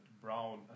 Brown